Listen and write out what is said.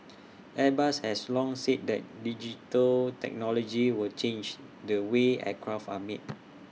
airbus has long said that digital technology will change the way aircraft are made